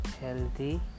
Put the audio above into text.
healthy